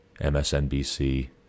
MSNBC